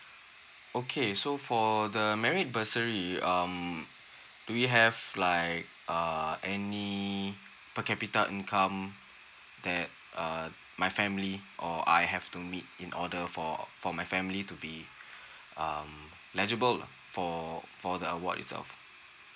okay so for the merit bursary um do we have like uh any per capita income that uh my family or I have to meet in order for for my family to be um legible lah for for the award itself